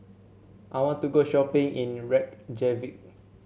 I want to go shopping in Reykjavik